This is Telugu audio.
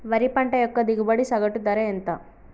వరి పంట యొక్క దిగుబడి సగటు ధర ఎంత?